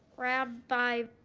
rabbi